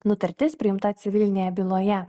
nutartis priimta civilinėje byloje